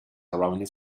around